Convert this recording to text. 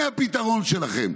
הינה הפתרון שלכם.